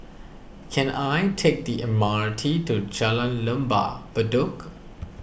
can I take the M R T to Jalan Lembah Bedok